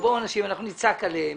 שיבואו אנשים ואנחנו נצעק עליהם